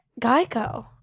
Geico